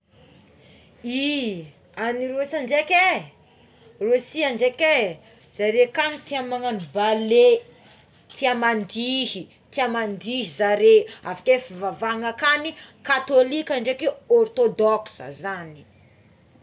I agny Rosia ndraiky é Rosia ndreky é zareo kagny tia magnagno balè tia mandihy tia mandihy zare avekeo fivavahana akagny katolika ndreky eo ortodoska zagny.